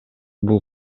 бул